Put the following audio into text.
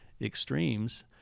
extremes